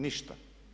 Ništa.